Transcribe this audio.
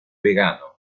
vegano